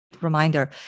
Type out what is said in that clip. Reminder